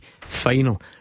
final